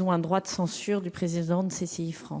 ont un droit de censure sur les décisions